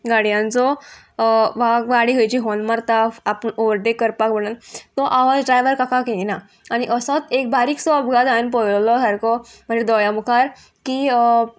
गाडयांचो वा गाडी खंयची हॉर्न मारता आपूण ओवरटेक करपाक म्हणून तो आवाज ड्रायवर काकाक येना आनी असोच एक बारीकसो अपघात हांवेन पळयलो सारको म्हणजे दोळ्या मुखार की